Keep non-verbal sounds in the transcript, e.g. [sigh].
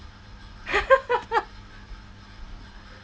[laughs]